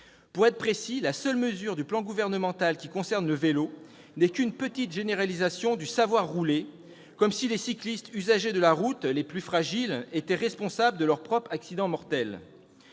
Pour être précis, la seule mesure du plan gouvernemental qui concerne le vélo n'est qu'une petite généralisation du « savoir rouler », comme si les cyclistes, usagers de la route les plus fragiles, étaient responsables de leurs propres accidents mortels